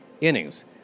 innings